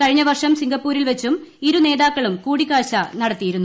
കഴിഞ്ഞ വർഷം സിംഗപ്പൂരിൽ വെച്ചും ഇരു നേതാക്കളും കൂടിക്കാഴ്ച നടത്തിയിരുന്നു